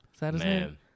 Man